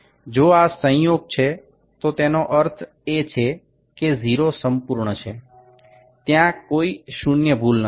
જો આ સંયોગ છે તો તેનો અર્થ એ છે કે 0 સંપૂર્ણ છે ત્યાં કોઈ શૂન્ય ભૂલ નથી